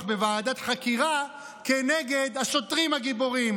בוועדת חקירה כנגד השוטרים הגיבורים.